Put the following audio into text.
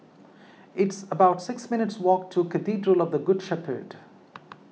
it's about six minutes' walk to Cathedral of the Good Shepherd